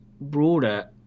broader